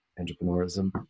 entrepreneurism